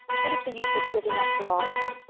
what is the use of living after all, anne?